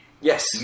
Yes